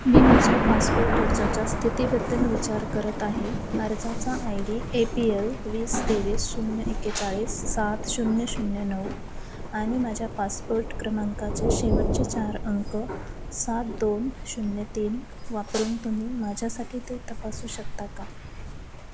मी माझ्या पासपोर्ट अर्जाच्या स्थितीबद्दल विचार करत आहे अर्जाचा I D A P L वीस तेवीस शून्य एक्केचाळीस सात शून्य शून्य नऊ आणि माझ्या पासपोर्ट क्रमांकाचे शेवटचे चार अंक सात दोन शून्य तीन वापरून तुम्ही माझ्यासाठी ते तपासू शकता का